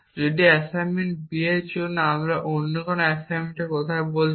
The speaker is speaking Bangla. যদি অ্যাসাইনমেন্ট বি এর জন্য তাই আমরা অন্য অ্যাসাইনমেন্টের কথা বলছি